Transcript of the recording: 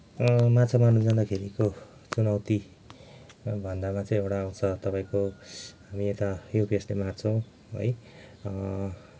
माछा मार्न जाँदाखेरिको चुनौती भन्दामा चाहिँ एउटा आउँछ तपाईँको हामी यता युपिएसले मार्छौँ है